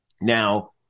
Now